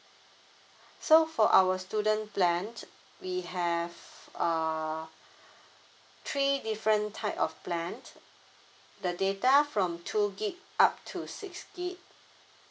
so for our student plans we have uh three different type of plans the data from two gigabytes up to six gigabytes